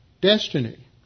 destiny